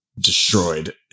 destroyed